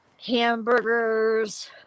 hamburgers